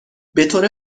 بطور